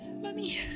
Mummy